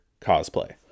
cosplay